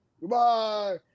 goodbye